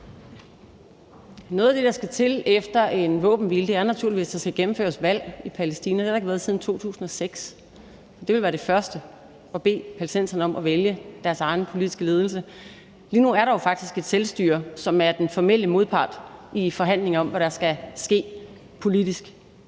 Noget af det, der skal til efter en våbenhvile, er naturligvis, at der skal gennemføres valg i Palæstina. Det har der ikke været siden 2006, og det vil være det første at bede palæstinenserne om at vælge deres egen politiske ledelse. Lige nu er der jo faktisk et selvstyre, som er den formelle modpart i forhandlingerne om, hvad der skal ske politisk